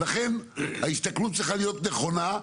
ולכן ההסתכלות צריכה להיות נכונה,